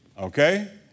Okay